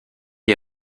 est